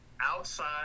outside